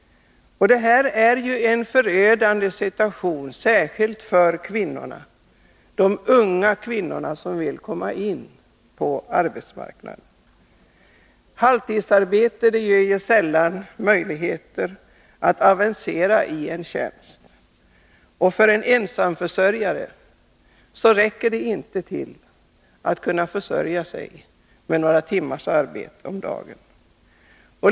Detta är ju en förödande situation särskilt för de unga kvinnorna som vill komma in på arbetsmarknaden. Halvtidsarbete ger sällan någon möjlighet att avancera i tjänsten, och för en ensamförsörjare räcker det inte med några timmars arbete om dagen.